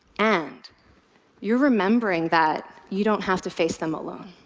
and you're remembering that you don't have to face them alone.